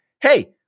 Hey